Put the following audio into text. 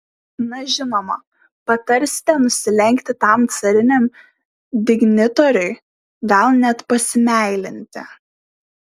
na žinoma patarsite nusilenkti tam cariniam dignitoriui gal net pasimeilinti